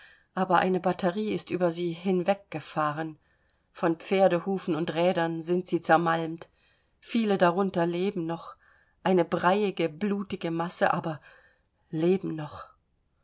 aber eine batterie ist über sie hinweggefahren von pferdehufen und rädern sind sie zermalmt viele darunter leben noch eine breiige blutige masse aber leben noch